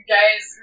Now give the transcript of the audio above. Guys